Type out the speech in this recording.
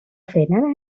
فعلا